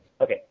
Okay